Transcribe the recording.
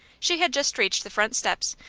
she had just reached the front steps,